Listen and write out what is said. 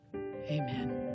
Amen